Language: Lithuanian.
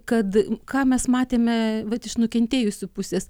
kad ką mes matėme vat iš nukentėjusių pusės